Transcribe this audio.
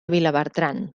vilabertran